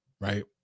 right